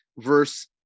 verse